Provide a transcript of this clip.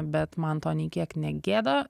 bet man to nei kiek negėda